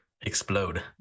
explode